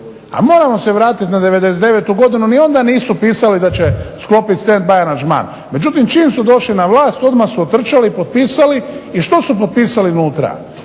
a moramo se vratiti na 99. godinu ni onda nisu pričali da će sklopiti stand by aranžman, međutim, čim su došli na vlast odmah su otrčali i potpisali i što su potpisali unutra,